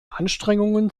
anstrengungen